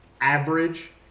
average